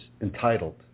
entitled